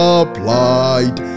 applied